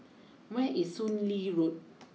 where is Soon Lee Road